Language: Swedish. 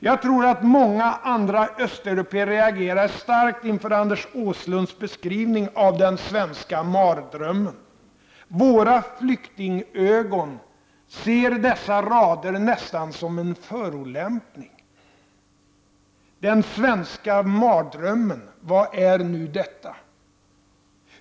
”Jag tror att många andra östeuropéer reagerade starkt inför Anders Åslunds beskrivning av den svenska mardrömmen. Våra flyktingögon ser dessa rader nästan som en förolämpning. Den svenska mardrömmen — vad är nu detta?